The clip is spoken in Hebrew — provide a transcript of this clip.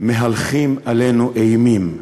מהלכים עלינו אימים.